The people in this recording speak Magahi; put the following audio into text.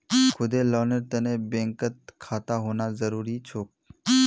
खुदेर लोनेर तने बैंकत खाता होना जरूरी छोक